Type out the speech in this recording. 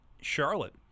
Charlotte